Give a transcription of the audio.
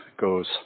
goes